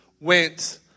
went